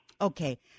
Okay